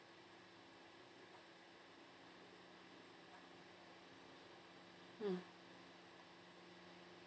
mm